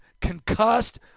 concussed